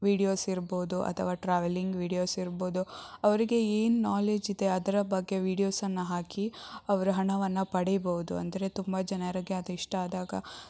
videos ಇರ್ಬೌದು ಅಥವಾ travelling videos ಇರ್ಬೌದು ಅವರಿಗೆ ಏನು ನಾಲೇಜ್ ಇದೆ ಅದರ ಬಗ್ಗೆ ವಿಡಿಯೋಸನ್ನು ಹಾಕಿ ಅವರ ಹಣವನ್ನು ಪಡೀಬೌದು ಅಂದರೆ ತುಂಬ ಜನರಿಗೆ ಅದು ಇಷ್ಟ ಆದಾಗ